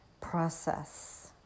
process